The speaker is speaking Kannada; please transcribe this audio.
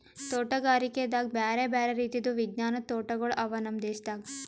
ತೋಟಗಾರಿಕೆದಾಗ್ ಬ್ಯಾರೆ ಬ್ಯಾರೆ ರೀತಿದು ವಿಜ್ಞಾನದ್ ತೋಟಗೊಳ್ ಅವಾ ನಮ್ ದೇಶದಾಗ್